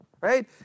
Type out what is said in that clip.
Right